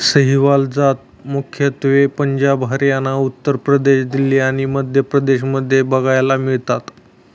सहीवाल जात मुख्यत्वे पंजाब, हरियाणा, उत्तर प्रदेश, दिल्ली आणि मध्य प्रदेश मध्ये बघायला मिळतात